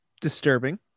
disturbing